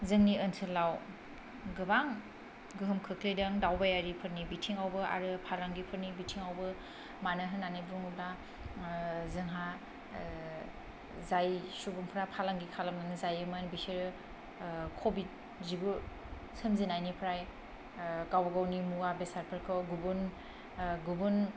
जोंनि ओनसोलाव गोबां गोहोम खोख्लैदों दावबायारिफोरनि बिथिङावबो आरो फालांगिफोरनि बिथिङावबो मानो होननानै बुङोब्ला ओ जोंहा ओ जाय सुबुंफ्रा फालांगि खालामनानै जायोमोन बिसोरो ओ कबिड जिगु सोमजिनायनिफ्राय ओ गाव गावनि मुवा बेसादफोरखौ गुबुन ओ गुबुन